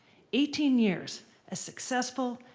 eighteen years as successful,